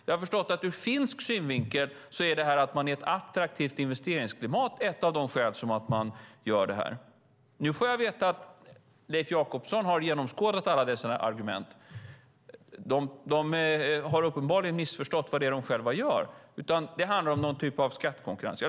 Jag har förstått att ur finsk synvinkel är detta att man har ett attraktivt investeringsklimat ett av skälen till att man gör detta. Nu får jag veta att Leif Jakobsson har genomskådat alla dessa argument. De har uppenbarligen missförstått vad de själva gör. Det handlar om någon typ av skattekonkurrens.